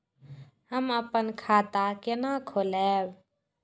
हम अपन खाता केना खोलैब?